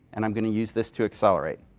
and i'm going to use this to accelerate.